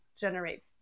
generate